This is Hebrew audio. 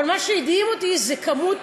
אבל מה שהדהים אותי זה כמות,